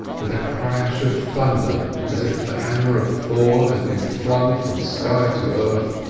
with a crash of thunder as if the hammer of thor had been flung from sky to earth,